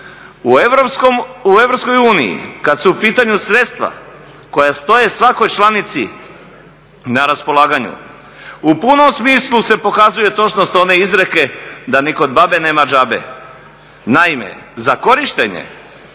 U EU kad su u pitanju sredstva koja stoje svakoj članici na raspolaganju u punom smislu se pokazuje točnost one izreke da ni kod babe nema džabe. Naime, za korištenje